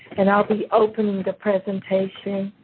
and i'll be opening the presentation